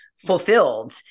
fulfilled